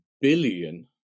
billion